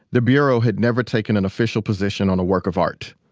the bureau had never taken an official position on a work of art.